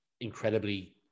incredibly